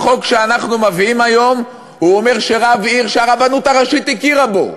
החוק שאנחנו מביאים היום אומר שרב עיר שהרבנות הראשית הכירה בו,